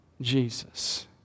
Jesus